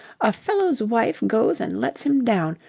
a fellow's wife goes and lets him down.